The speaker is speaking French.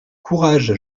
courage